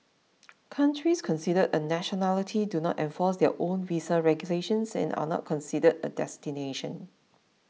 countries considered a nationality do not enforce their own visa regulations and are not considered a destination